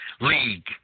league